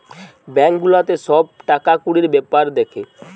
bank গুলাতে সব টাকা কুড়ির বেপার দ্যাখে